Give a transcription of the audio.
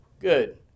good